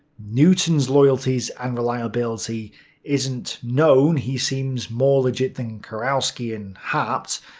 newton's loyalties and reliability isn't known. he seems more legit than kurowski and haupt,